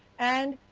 and,